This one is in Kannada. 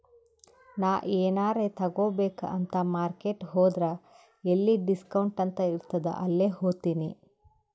ನಾ ಎನಾರೇ ತಗೋಬೇಕ್ ಅಂತ್ ಮಾರ್ಕೆಟ್ ಹೋದ್ರ ಎಲ್ಲಿ ಡಿಸ್ಕೌಂಟ್ ಅಂತ್ ಇರ್ತುದ್ ಅಲ್ಲೇ ಹೋತಿನಿ